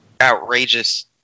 outrageous